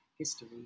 History